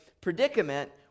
predicament